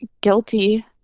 guilty